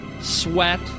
sweat